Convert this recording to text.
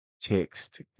text